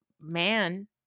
man